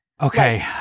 Okay